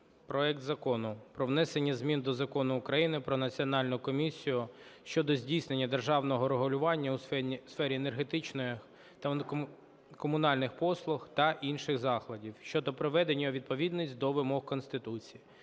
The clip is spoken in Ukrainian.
проект Закону про внесення змін до Закону України "Про Національну комісію, що здійснює державне регулювання у сферах енергетики та комунальних послуг" та інших законів (щодо приведення у відповідність до вимог Конституції)